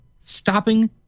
stopping